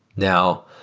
now,